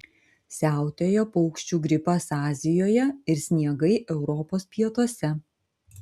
siautėjo paukščių gripas azijoje ir sniegai europos pietuose